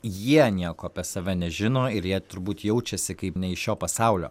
jie nieko apie save nežino ir jie turbūt jaučiasi kaip ne iš šio pasaulio